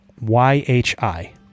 y-h-i